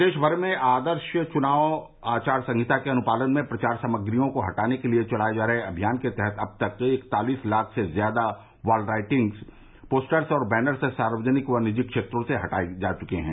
प्रदेश भर में आदर्श चुनाव आचार संहिता के अनुपालन में प्रचार सामग्रियों को हटाने के लिये चलाये जा रहे अभियान के तहत अब तक इकतालीस लाख से ज्यादा वॉल राइटिंग पोस्टर्स और बैनर्स सार्वजनिक व निजी स्थानों से हटाये जा चुके हैं